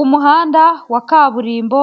Umuhanda wa kaburimbo